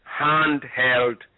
handheld